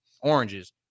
oranges